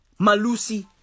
Malusi